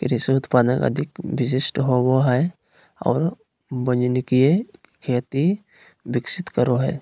कृषि उत्पादन अधिक विशिष्ट होबो हइ और वाणिज्यिक खेती विकसित करो हइ